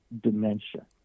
dementia